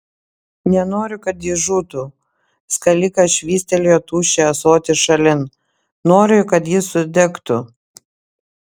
nenoriu kad jis žūtų skalikas švystelėjo tuščią ąsotį šalin noriu kad jis sudegtų